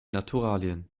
naturalien